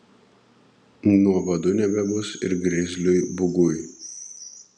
nuobodu nebebus ir grizliui bugui